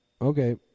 okay